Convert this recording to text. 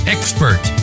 Expert